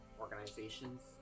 organizations